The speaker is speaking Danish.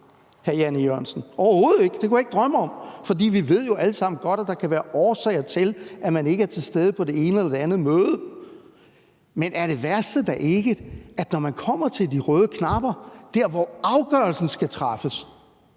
hr. Jan E. Jørgensen, det kunne jeg ikke drømme om, for vi ved jo alle sammen godt, at der kan være årsager til, at man ikke er til stede ved det ene og det andet møde. Men er det værste da ikke, at når man kommer til at skulle trykke på knapperne, når afgørelsen skal træffes,